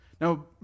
Now